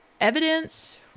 evidence